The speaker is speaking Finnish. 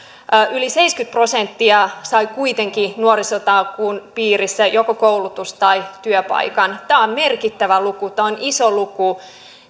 yli seitsemänkymmentä prosenttia sai kuitenkin nuorisotakuun piirissä joko koulutus tai työpaikan tämä on merkittävä luku tämä on iso luku